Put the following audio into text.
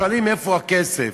שואלים איפה הכסף.